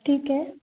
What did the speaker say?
ठीक है